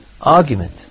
argument